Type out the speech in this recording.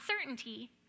certainty